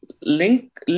Link